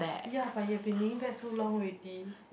ya but you have been leaning back so long already